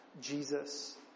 Jesus